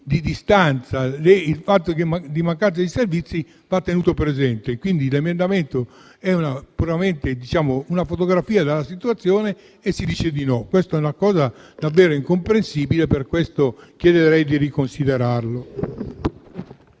di distanza e la mancanza di servizi vanno tenuti presenti. L'emendamento è una fotografia della situazione e si dice di no: questa è una cosa davvero incomprensibile, per cui chiederei di riconsiderarlo.